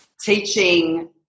teaching